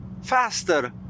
faster